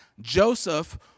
Joseph